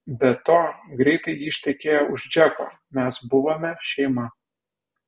be to greitai ji ištekėjo už džeko mes buvome šeima